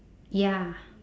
ya